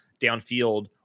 downfield